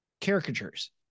caricatures